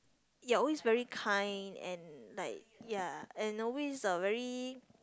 you're always very kind and like ya and always uh very